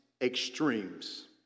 extremes